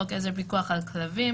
חוק עזר פיקוח על כלבים,